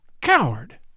Coward